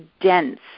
dense